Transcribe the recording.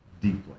deeply